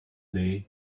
day